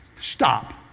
Stop